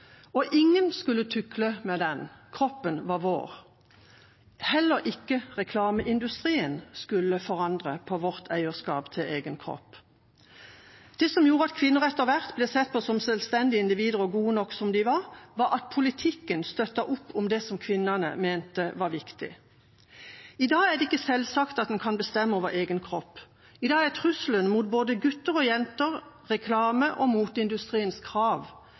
vår. Ingen skulle tukle med den, kroppen var vår. Heller ikke reklameindustrien skulle forandre på vårt eierskap til egen kropp. Det som gjorde at kvinner etter hvert ble sett på som selvstendige individer og gode nok som de var, var at politikken støttet opp om det kvinnene mente var viktig. I dag er det ikke selvsagt at en kan bestemme over egen kropp. I dag er trusselen mot både gutter og jenter reklamens og moteindustriens krav: